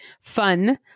fun